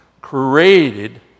created